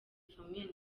famille